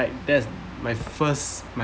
like there's my first my